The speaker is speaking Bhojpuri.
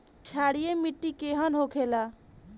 क्षारीय मिट्टी केहन होखेला?